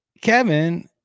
Kevin